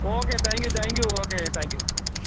okay thank you thank you okay thank you